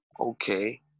Okay